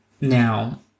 Now